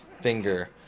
Finger